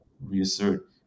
reassert